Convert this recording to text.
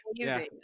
amazing